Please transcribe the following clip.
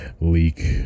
Leak